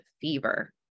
fever